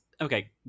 okay